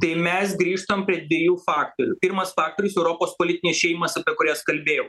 tai mes grįžtam prie dviejų faktorių pirmas faktorius europos politinės šeimos apie kurias kalbėjau